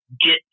get